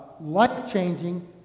life-changing